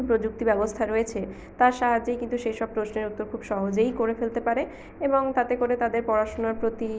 প্রযুক্তি ব্যবস্থা রয়েছে তার সাহায্যেই কিন্তু সেই সব প্রশ্নের উত্তর খুব সহজেই করে ফেলতে পারে এবং তাতে করে তাদের পড়াশোনার প্রতি